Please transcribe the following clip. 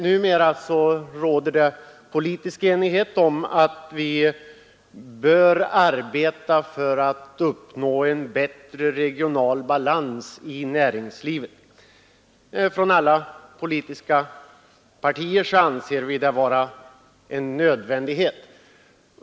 Numera råder det politisk enighet om att vi bör arbeta för att uppnå en bättre regional balans i näringslivet. Från alla politiska partier anser man det vara en nödvändighet.